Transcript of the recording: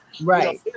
Right